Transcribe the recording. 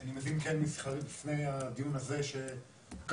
אני כן מבין משיחה לפני הדיון הזה שהכלכלנית